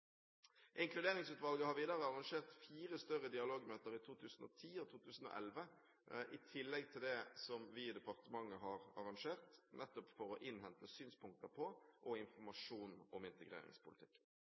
Inkluderingsutvalget har videre arrangert fire større dialogmøter i 2010 og 2011, i tillegg til det som vi i departementet har arrangert, nettopp for å innhente synspunkter på og